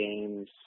games